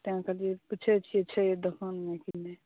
तै कहलियैया पुछै छियै छै दोकानमे कि नहि